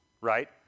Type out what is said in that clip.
right